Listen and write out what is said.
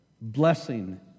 blessing